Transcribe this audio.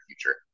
future